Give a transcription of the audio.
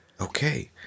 Okay